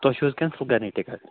تُہۍ چھُو حظ کیٚنسَل کَرٕنۍ ٹِکٹ